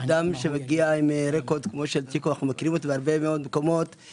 ואדם שמגיע עם רקורד כמו שלו זה מבורך,